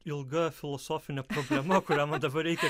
ilga filosofinė problema kurią mum dabar reikia